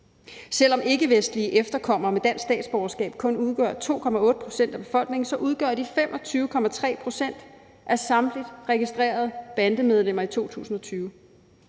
Selv om ikkevestlige efterkommere med dansk statsborgerskab kun udgør 2,8 pct. af befolkningen, udgør de 25,3 pct. af samtlige registrerede bandemedlemmer i 2020.